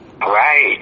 Right